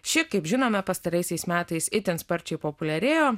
ši kaip žinome pastaraisiais metais itin sparčiai populiarėjo